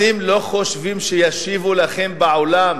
אתם לא חושבים שישיבו לכם בעולם